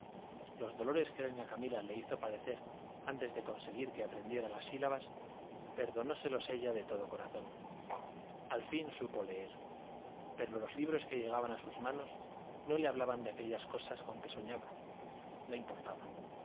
los dolores que doña camila le hizo padecer antes de conseguir que aprendiera las sílabas perdonóselos ella de todo corazón al fin supo leer pero los libros que llegaban a sus manos no le hablaban de aquellas cosas con que soñaba no importaba